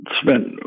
spent